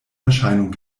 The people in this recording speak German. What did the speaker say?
erscheinung